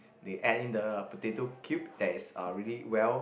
they add in the potato cube that is uh really well